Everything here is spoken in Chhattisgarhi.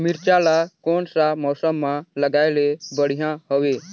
मिरचा ला कोन सा मौसम मां लगाय ले बढ़िया हवे